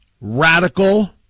radical